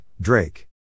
Drake